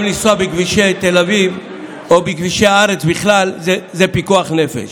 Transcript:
גם לנסוע בכבישי תל אביב או בכבישי הארץ בכלל זה פיקוח נפש.